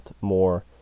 more